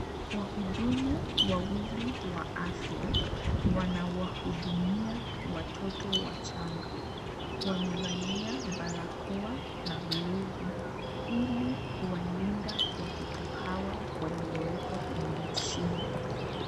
Wahudumu, wawili wa afya, wanawahudumia, watoto wachanga. Wamevalia balakoa na glove ,ili kiwalinda watoto hawa, walioekwa kwenye mashine.